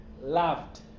loved